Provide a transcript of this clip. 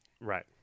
Right